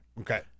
Okay